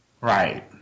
Right